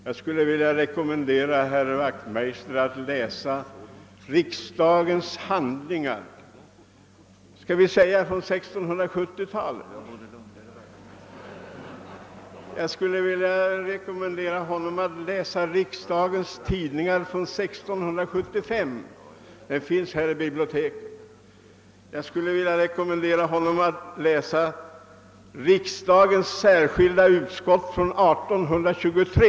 Jag skulle vilja rekommendera herr Wachtmeister att läsa riksdagens handlingar från 1670-talet. Jag skulle också vilja rekommendera honom att läsa Riksdags-Tidningar från 1765. De finns här i biblioteket. Vidare skulle jag vilja rekommendera honom att läsa riksdagens särskilda utskotts utlåtande från 1823.